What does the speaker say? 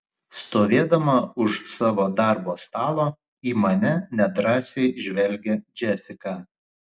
stovėdama už savo darbo stalo į mane nedrąsiai žvelgia džesika